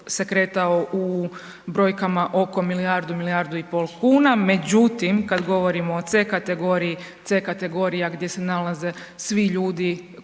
u brojkama oko milijardu, milijardu i pol kuna. Međutim, kada govorimo o C kategoriji, C kategorija gdje se nalaze svi ljudi